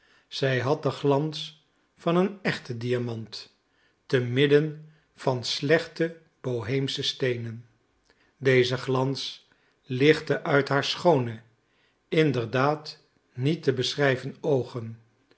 zij had den glans van een echten diamant te midden van slechte boheemsche steenen deze glans lichtte uit haar schoone inderdaad niet te beschrijven oogen